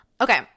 Okay